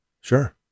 Sure